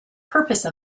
purpose